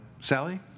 Sally